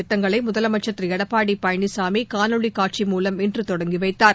திட்டங்களை முதலமைச்சர் திரு எடப்பாடி பழனிசாமி காணொலி காட்சி மூலம் இன்று தொடங்கி வைத்தார்